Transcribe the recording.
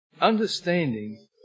Understanding